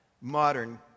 modern